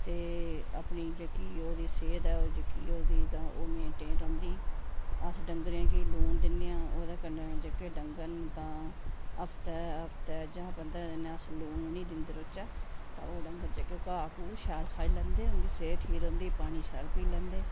ते अपनी जेह्की ओह्दी सेह्त ऐ ओह् जेह्की ओह्दी तां ओह् मेनटेन रौंह्दी अस डंगरें गी लून दिन्ने आं ओह्दे कन्नै जेह्के डंगर न तां हफ्तै हफ्तै जां पंदरें दिनें अस लून उ'नेंगी दिंदे रौह्चै तां ओह् डंगर जेह्के घा घाु शैल खाई लैंदे उंदी सेह्त ठीक रौंह्दी पानी शैल पी लैंदे